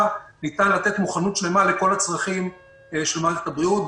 ניתן לתת מוכנות שלמה לכל הצרכים של מערכת הבריאות.